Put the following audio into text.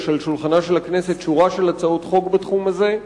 יש על שולחנה של הכנסת שורה של הצעות חוק בתחום הזה.